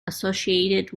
associated